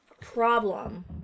problem